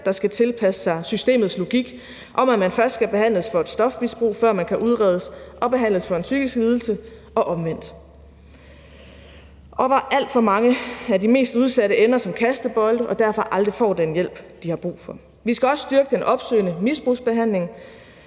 der skal tilpasse sig systemets logik om, at man først skal behandles for et stofmisbrug, før man kan udredes og behandles for en psykisk lidelse – og omvendt – og hvor alt for mange af de mest udsatte ender som kastebolde og derfor aldrig får den hjælp, de har brug for. Vi skal også styrke den opsøgende misbrugsbehandling